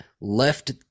left